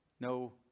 No